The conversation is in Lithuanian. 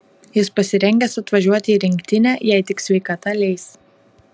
jis pasirengęs atvažiuoti į rinktinę jei tik sveikata leis